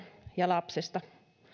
ja lapsista